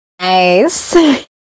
Nice